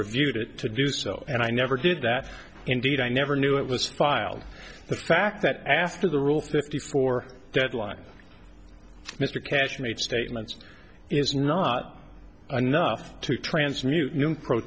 reviewed it to do so and i never did that indeed i never knew it was filed the fact that i asked of the rule fifty four deadline mr cash made statements is not enough to transmute known pro